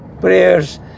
prayers